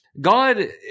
God